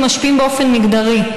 משפיעים באופן מגדרי?